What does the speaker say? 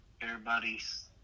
everybody's